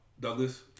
Douglas